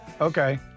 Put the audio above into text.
Okay